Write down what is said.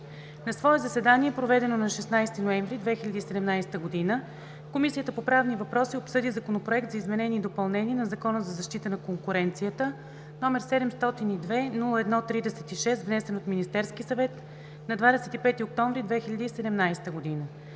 На свое заседание, проведено на 16 ноември 2017 г., Комисията по правни въпроси обсъди Законопроект за изменение и допълнение на Закона за защита на конкуренцията, № 702-01-36, внесен от Министерския съвет на 25 октомври 2017 г.